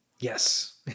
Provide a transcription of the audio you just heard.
Yes